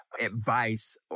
advice